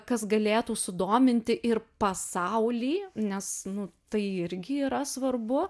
kas galėtų sudominti ir pasaulį nes nu tai irgi yra svarbu